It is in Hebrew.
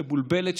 מבולבלת,